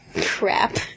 Crap